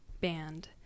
Band